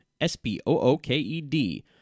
S-P-O-O-K-E-D